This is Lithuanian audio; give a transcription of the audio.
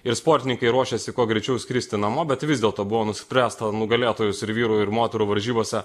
ir sportininkai ruošėsi kuo greičiau skristi namo bet vis dėlto buvo nuspręsta nugalėtojus ir vyrų ir moterų varžybose